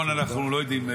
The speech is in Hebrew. -- עקרון אנחנו לא יודעים,